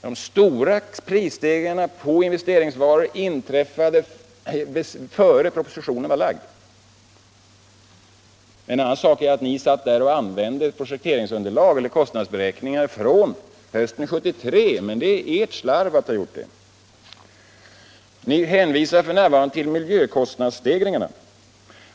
De stora prisstegringarna på investeringsvaror uppstod innan propositionen lades. En annan sak är att ni använde kostnadsberäkningar från hösten 1973, men det beror på ert slarv att ni gjorde det. Ni hänvisar f. n. till miljökostnadsstegringarna.